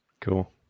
Cool